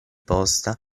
posta